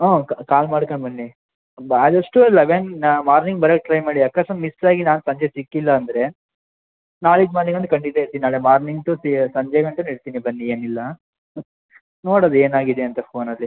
ಊಂ ಕ್ ಕಾಲ್ ಮಾಡ್ಕೊಂಬನ್ನಿ ಬ್ ಆದಷ್ಟು ಲೆವೆನ್ ಮಾರ್ನಿಂಗ್ ಬರಕ್ಕೆ ಟ್ರೈ ಮಾಡಿ ಅಕಸ್ಮಾತ್ ಮಿಸ್ಸಾಗಿ ನಾನು ಸಂಜೆ ಸಿಕ್ಕಿಲ್ಲ ಅಂದರೆ ನಾಳಿದ್ದು ಮಾರ್ನಿಂಗ್ ಅಂದ್ರೆ ಖಂಡಿತ ಇರ್ತೀನಿ ನಾಳೆ ಮಾರ್ನಿಂಗ್ ಟು ಸಿ ಸಂಜೆ ಗಂಟನೂ ಇರ್ತೀನಿ ಬನ್ನಿ ಏನಿಲ್ಲ ನೋಡೋದು ಏನಾಗಿದೆ ಅಂತ ಫೋನಲ್ಲಿ